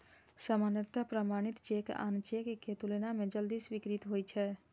सामान्यतः प्रमाणित चेक आन चेक के तुलना मे जल्दी स्वीकृत होइ छै